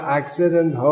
accident